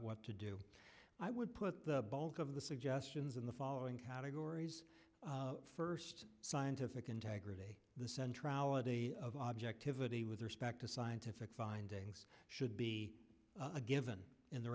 what to do i would put the bulk of the suggestions in the following categories first scientific integrity the central of objectivity with respect to scientific findings should be a given in the